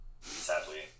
sadly